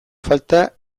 falta